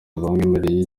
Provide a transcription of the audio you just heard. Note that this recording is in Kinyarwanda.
bamwemereye